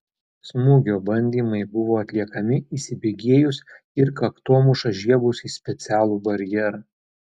smūgio bandymai buvo atliekami įsibėgėjus ir kaktomuša žiebus į specialų barjerą